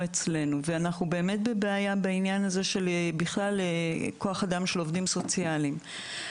אצלנו ואנחנו באמת בבעיה בעניין כוח אדם של עובדים סוציאליים בכלל.